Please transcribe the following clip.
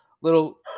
little